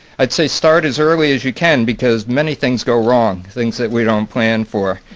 i'd say start as early as you can because many things go wrong, things that we don't plan for.